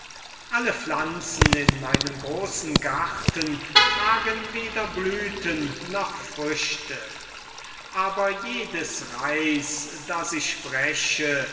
alle pflanzen in meinem großen garten tragen weder blüten noch früchte aber jedes reis das ich breche